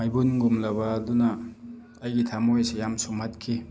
ꯃꯩꯕꯨꯟꯒꯨꯝꯂꯕ ꯑꯗꯨꯅ ꯑꯩꯒꯤ ꯊꯝꯃꯣꯏꯁꯦ ꯌꯥꯝ ꯁꯨꯝꯍꯠꯈꯤ